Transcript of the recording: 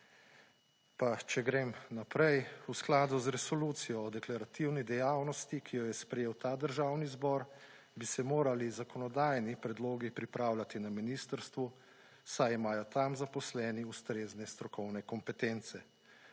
Če grem naprej. V skladu z Resolucijo o deklarativni dejavnosti, ki jo je sprejel ta Državni zbor bi se morali zakonodajni predlogi pripravljati na ministrstvu, saj imajo tam zaposleni ustrezne strokovne kompetence.